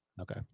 Okay